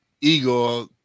Igor